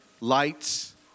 lights